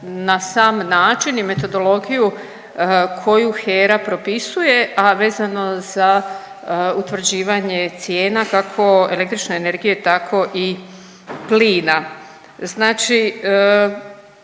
na sam način i metodologiju koju HERA propisuje, a vezano za utvrđivanje cijena, kako električne energije tako i plina. Znači